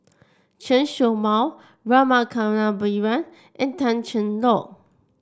Chen Show Mao Rama Kannabiran and Tan Cheng Lock